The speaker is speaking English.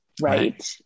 right